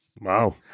Wow